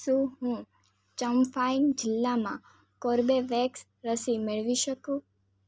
શું હું ચમ્ફાઇ જિલ્લામાં કોર્બેવેક્સ રસી મેળવી શકું